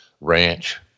ranch